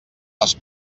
les